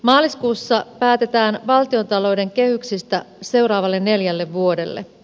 maaliskuussa päätetään valtiontalouden kehyksistä seuraavalle neljälle vuodelle